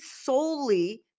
solely